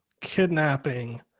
kidnapping